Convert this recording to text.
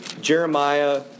Jeremiah